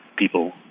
people